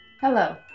Hello